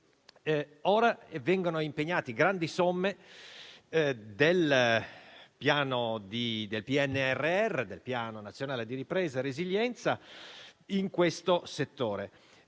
Ora vengono impegnate grandi somme del Piano nazionale di ripresa e resilienza (PNRR) in questo settore.